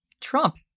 Trump